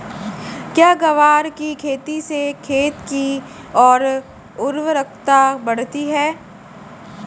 क्या ग्वार की खेती से खेत की ओर उर्वरकता बढ़ती है?